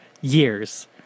years